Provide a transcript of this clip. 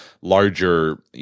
larger